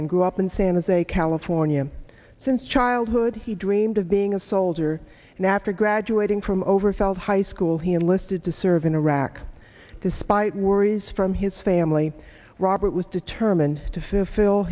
and grew up in san jose california since childhood he dreamed of being a soldier and after graduating from over felt high school he enlisted to serve in iraq despite worries from his family robert was determined to fi